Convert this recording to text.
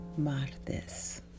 martes